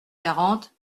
quarante